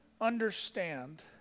understand